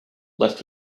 left